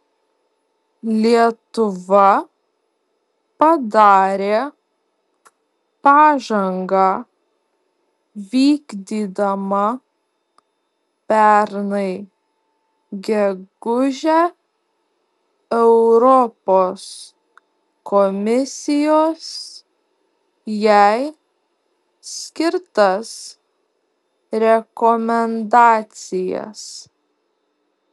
lietuva padarė pažangą vykdydama pernai gegužę europos komisijos jai skirtas rekomendacijas